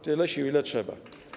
Tyle sił, ile trzeba.